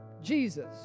Jesus